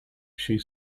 she